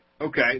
Okay